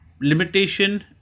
limitation